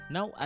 Now